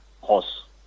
horse